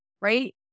right